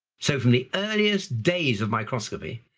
so from the earliest days of microscopy,